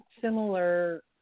similar